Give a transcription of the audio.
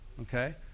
Okay